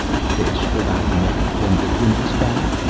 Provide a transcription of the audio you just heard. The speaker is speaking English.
fish for thy net, when the wind is foul?